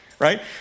right